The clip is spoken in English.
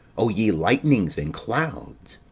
o ye lightnings and clouds,